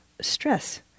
stress